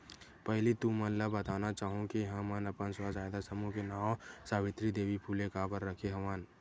पहिली तुमन ल बताना चाहूँ के हमन अपन स्व सहायता समूह के नांव सावित्री देवी फूले काबर रखे हवन